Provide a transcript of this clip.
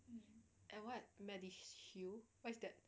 and what medishield what's that